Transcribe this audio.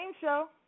Show